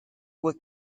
were